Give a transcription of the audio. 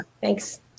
Thanks